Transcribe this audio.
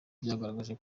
byagaragaje